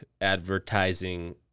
advertising